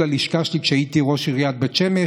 הלשכה שלי כשהייתי ראש עיריית בית שמש,